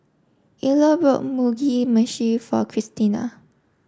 Ilo bought Mugi meshi for Christina